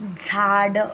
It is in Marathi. झाड